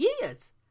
years